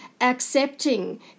accepting